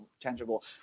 tangible